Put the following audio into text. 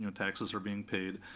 and taxes are being paid.